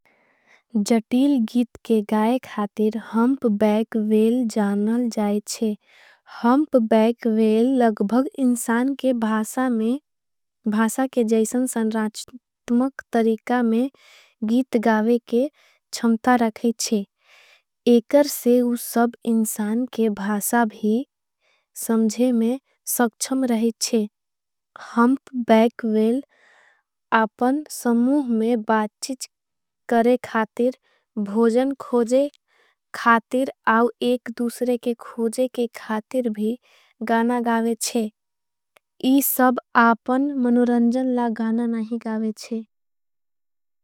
जटील गीत के गाए खातिर हम्पबैकवेल जानल जायच्छे। हम्पबैकवेल लगभग इनसान के भासा में, भासा के जैसन सन्राच्टमक तरीका में गीत गावे के छम्ता रखेच्छे। एकर से उस सब इनसान के भासा भी समझे में सक्षम रहेच्छे। हम्पबैकवेल आपन समुह में बाचिच करे खातिर, भोजन खोजे खातिर और एक दूसरे के खोजे के खातिर भी गाना गावेच्छे। इस सब आपन मनुरंजनला गाना नहीं गावेच्छे।